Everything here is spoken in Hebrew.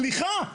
סליחה,